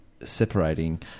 separating